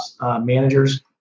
managers